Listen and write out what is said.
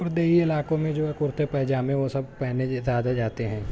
اور دیہی علاقوں میں جو ہے کرتے پیجامے وہ سب پہنے زیادہ جاتے ہیں